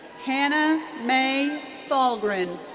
hannah mae fallgren.